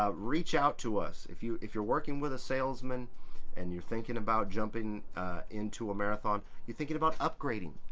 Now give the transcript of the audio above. ah reach out to us if you, if you're working with a salesman and you're thinking about jumping into a marathon you're thinking about upgrading,